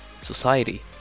society